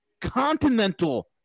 Continental